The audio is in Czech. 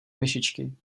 myšičky